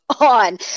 on